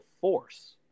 force